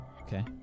Okay